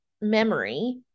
memory